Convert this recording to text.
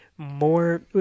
More